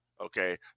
okay